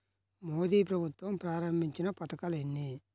మోదీ ప్రభుత్వం ప్రారంభించిన పథకాలు ఎన్ని?